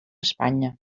espanya